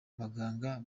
baganga